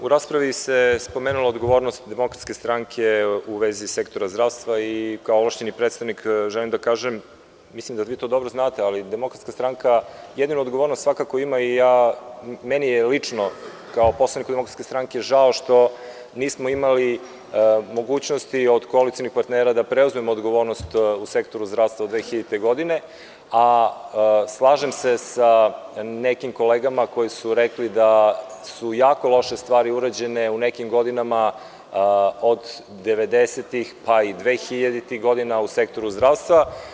U raspravi se spomenula odgovornost DS u vezi sektora zdravstva i kao ovlašćeni predstavnik želim da kažem, mislim da vi to dobro znate, ali DS jedinu odgovornost svakako ima i meni je lično kao poslaniku DS žao što nismo imali mogućnosti od koalicionih partnera da preuzmemo odgovornost u sektoru zdravstva 2000. godine, a slažem se sa nekim kolegama koji su rekli da su jako loše stvari urađene u nekim godinama od devedesetih pa i dvehiljaditih u sektoru zdravstva.